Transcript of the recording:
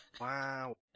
Wow